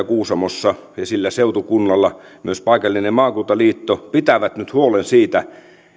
kuusamossa ja sillä seutukunnalla myös paikallinen maakuntaliitto pitävät nyt huolen siitä